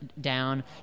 down